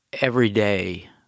everyday